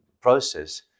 process